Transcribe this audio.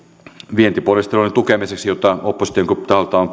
vientiponnistelujen tukemiseksi joita opposition taholta on